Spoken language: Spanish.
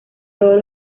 todos